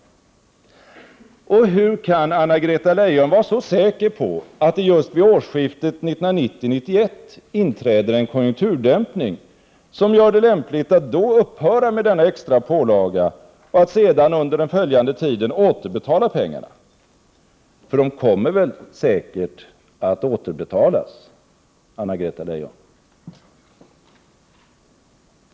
Och hur kan Anna-Greta Leijon vara så säker på att det just vid årsskiftet 1990-1991 inträder en konjunkturdämpning, som gör det lämpligt att då upphöra med denna extra pålaga och att sedan under den följande tiden återbetala pengarna? För de kommer väl säkert att återbetalas, Anna-Greta Leijon?